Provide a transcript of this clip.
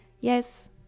Yes